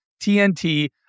TNT